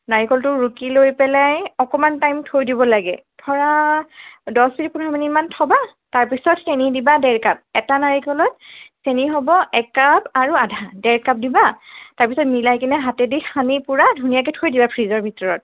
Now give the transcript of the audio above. নাৰিকলটো ৰুকি লৈ পেলাই অকণমান টাইম থৈ দিব লাগে ধৰা দহমিনিট পোন্ধৰ মিনিটমান থ'বা তাৰপিছত চেনি দিবা ডেৰকাপ এটা নাৰিকলত চেনি হ'ব একাপ আৰু আধা ডেৰকাপ দিবা তাৰপিছত মিলাই কেনে হাতেদি সানি পুৰা ধুনীয়াকে থৈ দিবা ফ্ৰিজৰ ভিতৰত